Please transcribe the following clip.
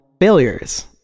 failures